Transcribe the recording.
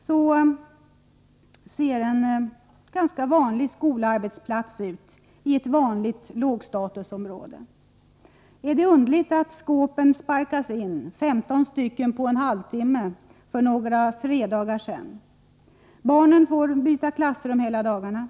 Så ser en ganska vanlig skolarbetsplats ut i ett vanligt lågstatusområde. Är det underligt att skåpen sparkas in — 15 skåp på en halvtimme för några fredagar sedan? Barnen får byta klassrum hela dagarna.